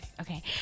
Okay